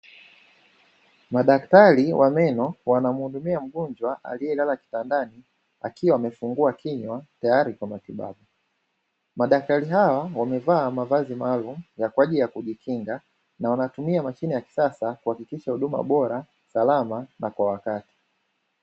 Madaktari wa meno wanamhudumia mgonjwa aliyelala kitandani akiwa amefungua kinywa tayari kwa matibabu, madaktari hao wamevaa mavazi maalumu kwa ajili ya kujikinga na wanatumia mashine ya kisasa kwa ajili ya kuhakikisha huduma bora, salama na kwa wakati.